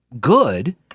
good